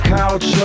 couch